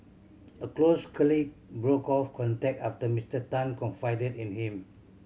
a close colleague broke off contact after Mister Tan confided in him